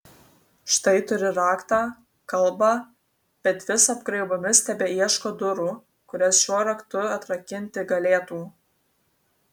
štai turi raktą kalbą bet vis apgraibomis tebeieško durų kurias šiuo raktu atrakinti galėtų